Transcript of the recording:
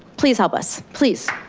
please help us, please.